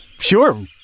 Sure